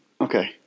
Okay